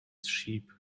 sheep